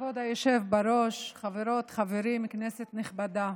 כבוד היושב בראש, חברות, חברים, כנסת נכבדה,